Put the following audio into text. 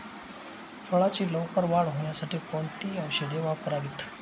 फळाची लवकर वाढ होण्यासाठी कोणती औषधे वापरावीत?